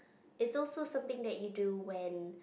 it's also something that you do when